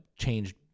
changed